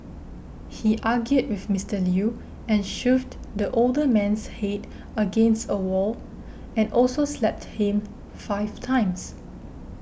he argued with Mister Lew and shoved the older man's head against a wall and also slapped him five times